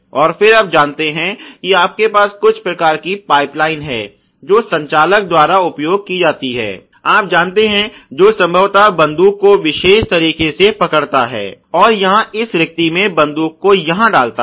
और फिर आप जानते हैं कि आपके पास कुछ प्रकार की पाइप लाइन है जो संचालक द्वारा उपयोग की जाती है आप जानते हैं जो संभवतः बंदूक को विशेष तरीके से पकड़ता है और यहाँ इस रिक्ति मे बंदूक को यहाँ डालता है